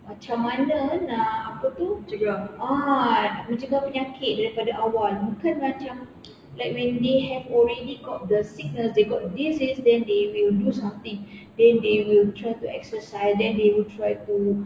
macam mana nak apa tu ah mencegah penyakit daripada awal bukan macam like when they have already got the sickness they got disease then they will do something then they will try to exercise then they will try to